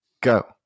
go